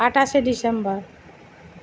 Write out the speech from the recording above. আঠাশে ডিসেম্বর